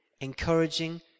encouraging